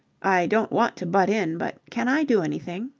i don't want to butt in, but can i do anything?